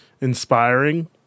inspiring